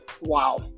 wow